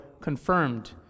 confirmed